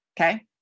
Okay